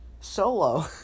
solo